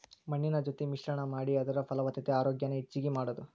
ಮಣ್ಣಿನ ಜೊತಿ ಮಿಶ್ರಣಾ ಮಾಡಿ ಅದರ ಫಲವತ್ತತೆ ಆರೋಗ್ಯಾನ ಹೆಚಗಿ ಮಾಡುದು